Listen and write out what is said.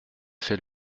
fait